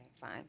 fine